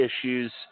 issues